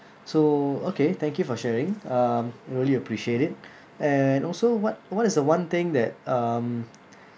so okay thank you for sharing um really appreciate it and also what what is the one thing that um